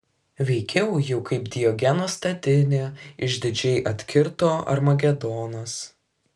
veikiau jau kaip diogeno statinė išdidžiai atkirto armagedonas